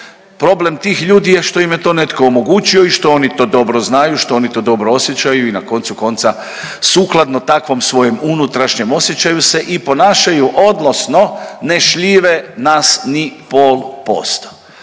Problem tih ljudi je što im je to netko omogućio i što oni to dobro znaju, što oni to dobro osjećaju i na koncu konca sukladno takvom svojem unutrašnjem osjećaju se i ponašaju odnosno ne šljive nas ni pol posto.